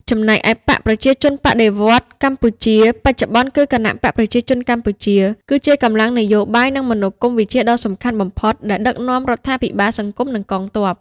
ចំណែកឯបក្សប្រជាជនបដិវត្តន៍កម្ពុជាបច្ចុប្បន្នគឺគណបក្សប្រជាជនកម្ពុជាគឺជាកម្លាំងនយោបាយ និងមនោគមវិជ្ជាដ៏សំខាន់បំផុតដែលដឹកនាំរដ្ឋាភិបាល សង្គម និងកងទ័ព ។